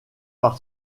par